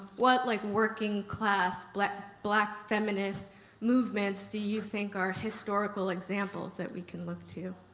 what like working class black black feminist movements do you think are historical examples that we can look to?